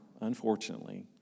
unfortunately